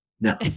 No